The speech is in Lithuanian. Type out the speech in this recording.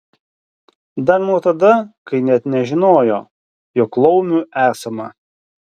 dar nuo tada kai net nežinojo jog laumių esama